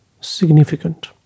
significant